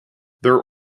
their